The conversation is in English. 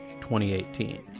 2018